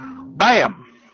bam